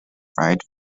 fried